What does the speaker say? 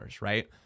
right